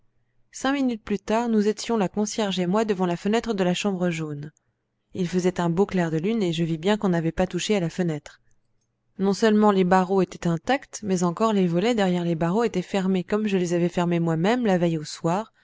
cinq minutes plus tard nous étions la concierge et moi devant la fenêtre de la chambre jaune il faisait un beau clair de lune et je vis bien qu'on n'avait pas touché à la fenêtre non seulement les barreaux étaient intacts mais encore les volets derrière les barreaux étaient fermés comme je les avais fermés moi-même la veille au soir